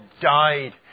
died